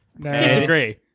Disagree